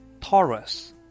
Taurus